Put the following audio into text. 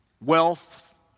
wealth